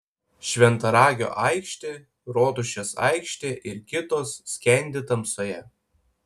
šventaragio aikštė rotušės aikštė ir kitos skendi tamsoje